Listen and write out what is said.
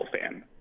fan